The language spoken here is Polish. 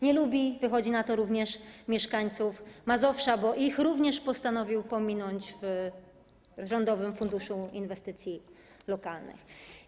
Nie lubi, wychodzi na to również, mieszkańców Mazowsza, bo ich również postanowił pominąć w Rządowym Funduszu Inwestycji Lokalnych.